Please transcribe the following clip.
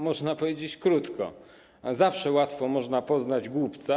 Można powiedzieć krótko: Zawsze łatwo można poznać głupca.